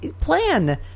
plan